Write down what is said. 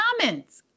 comments